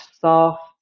soft